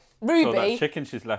Ruby